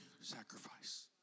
sacrifice